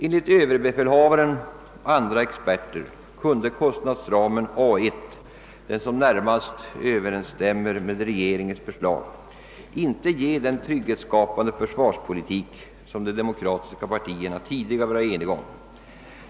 Enligt överbefälhavaren och andra experter kunde kostnadsramen A1 — som närmast överensstämmer med regeringens förslag — inte leda till den trygghetsskapande försvarspolitik som de demokratiska partierna tidigare varit eniga om.